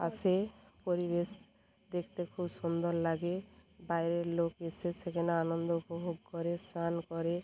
আসে পরিবেশ দেখতে খুব সুন্দর লাগে বাইরের লোক এসে সেখানে আনন্দ উপভোগ করে স্নান করে